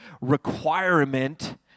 requirement